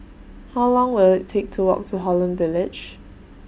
How Long Will IT Take to Walk to Holland Village